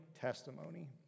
testimony